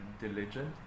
diligent